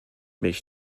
mich